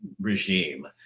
regime